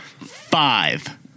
five